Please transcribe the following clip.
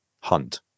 hunt